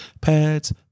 pads